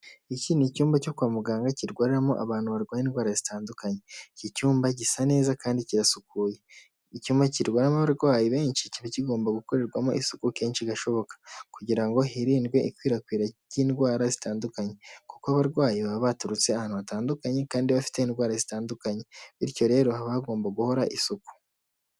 Iki ni icyumba cyo kwa muganga kirwaramo abantu barwaye indwara zitandukanye. Iki cyumba gisa neza kandi kirasukuye. Icyumba kirwariramo abarwayi benshi, kiba kigomba gukorerwamo isuku kenshi gashoboka, kugira ngo hirindwe ikwirakwira ry'indwara zitandukanye kuko abarwayi baba baturutse ahantu hatandukanye kandi bafite indwara zitandukanye, bityo rero haba hagomba guhora isuku.